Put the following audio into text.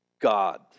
God